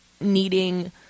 needing